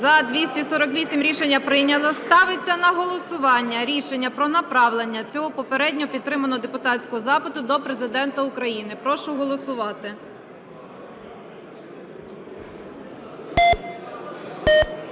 За-248 Рішення прийнято. Ставиться на голосування рішення про направлення цього попередньо підтриманого депутатського запиту до Президента України. Прошу голосувати.